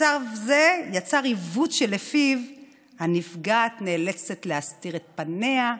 מצב זה יצר עיוות שלפיו הנפגעת נאלצת להסתיר את פניה,